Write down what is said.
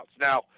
Now